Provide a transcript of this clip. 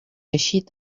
eixit